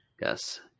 Yes